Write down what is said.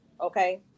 Okay